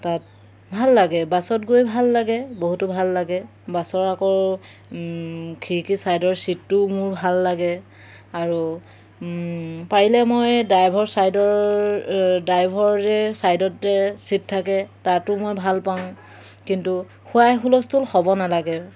তাত ভাল লাগে বাছত গৈ ভাল লাগে বহুতো ভাল লাগে বাছৰ আকৌ খিৰিকী ছাইডৰ ছিটটোও মোৰ ভাল লাগে আৰু পাৰিলে মই ড্ৰাইভৰ ছাইডৰ ড্ৰাইভৰ যে ছাইডত যে ছিট থাকে তাতো মই ভালপাওঁ কিন্তু হাই হুলস্থূল হ'ব নালাগে